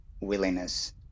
willingness